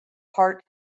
heart